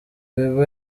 bieber